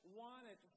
wanted